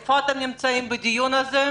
איפה אתם נמצאים בדיון הזה?